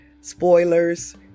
spoilers